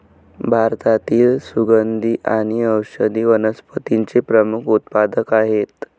भारतातील सुगंधी आणि औषधी वनस्पतींचे प्रमुख उत्पादक आहेत